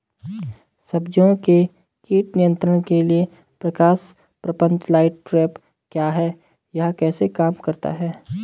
सब्जियों के कीट नियंत्रण के लिए प्रकाश प्रपंच लाइट ट्रैप क्या है यह कैसे काम करता है?